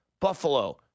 Buffalo